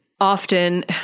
often